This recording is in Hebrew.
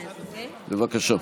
בבקשה.